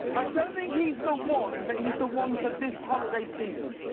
i don't think he's the one, but he's the one for this holiday season.